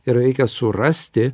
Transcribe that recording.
ir reikia surasti